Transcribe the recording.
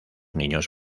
niños